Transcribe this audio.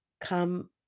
come